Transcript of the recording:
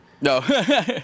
No